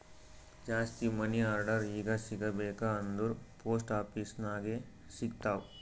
ಜಾಸ್ತಿ money order ಈಗ ಸಿಗಬೇಕ ಅಂದುರ್ ಪೋಸ್ಟ್ ಆಫೀಸ್ ನಾಗೆ ಸಿಗ್ತಾವ್